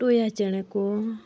ᱴᱚᱭᱟ ᱪᱮᱬᱮ ᱠᱚ